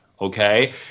okay